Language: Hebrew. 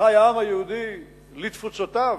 כשחי העם היהודי לתפוצותיו,